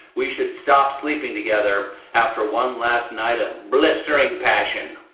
we should stop sleeping together after one last night of blistering passion!